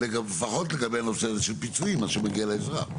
לפחות לגבי הנושא של פיצויים מה שמגיע לאזרח,